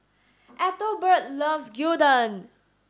Ethelbert loves Gyudon